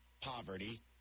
poverty